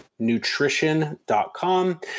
nutrition.com